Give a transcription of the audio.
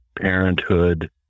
parenthood